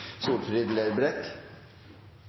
Solfrid Lerbrekk